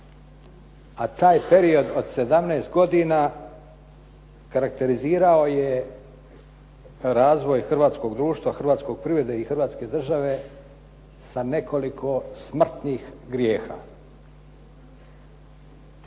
A taj period od 17 godina karakterizirao je razvoj hrvatskog društva, hrvatske privrede i Hrvatske države sa nekoliko smrtnih grijeha.